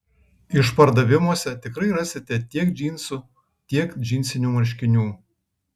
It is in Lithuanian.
išpardavimuose tikrai rasite tiek džinsų tiek džinsinių marškinių